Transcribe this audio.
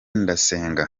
ndasenga